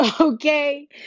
Okay